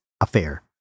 affair